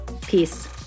Peace